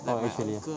oh actually ah